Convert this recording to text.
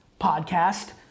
podcast